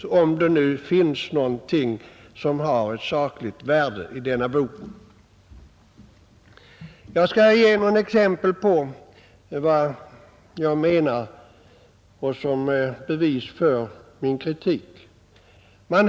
Jag skall ge några exempel som bevis för min kritik.